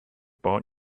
bought